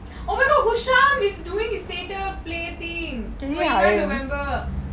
oh my god wahsham is doing his data plating twenty nine november